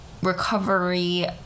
recovery